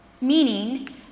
meaning